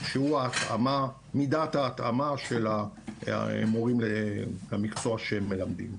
שהוא מידת ההתאמה של המורים למקצוע שהם מלמדים,